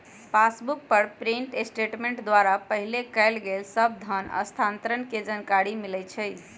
passbook पर print statement द्वारा पहिले कएल गेल सभ धन स्थानान्तरण के जानकारी मिलइ छइ